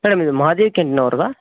madam ಇದು ಮಾದೇಕ್